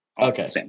okay